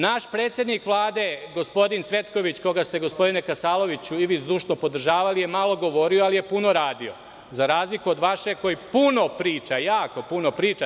Naš predsednik Vlade, gospodin Cvetković, koga ste gospodine Kasaloviću i vi zdušno podržavali je malo govorio, ali je puno radio, za razliku od vašeg koji puno priča, jako puno priča.